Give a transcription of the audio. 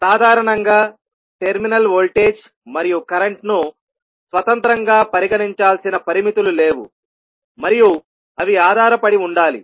సాధారణంగా terminal voltage మరియు కరెంట్ను స్వతంత్రంగా పరిగణించాల్సిన పరిమితులు లేవు మరియు అవి ఆధారపడి ఉండాలి